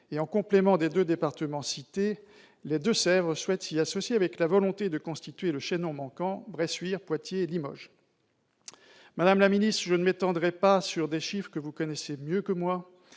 et, en complément des deux départements cités, les Deux-Sèvres souhaitent s'y associer avec la volonté de constituer le chaînon manquant Bressuire-Poitiers-Limoges. Madame la ministre, je ne m'étendrai pas sur des chiffres que vous connaissez mieux que moi,